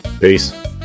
Peace